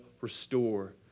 restore